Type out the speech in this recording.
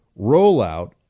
rollout